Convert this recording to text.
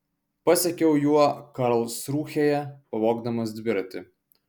pasekiau juo karlsrūhėje pavogdamas dviratį